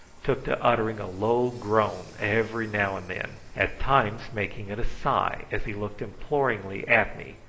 took to uttering a low groan every now and then, at times making it a sigh as he looked imploringly at me,